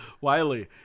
Wiley